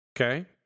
Okay